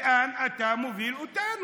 לאן אתה מוביל אותנו?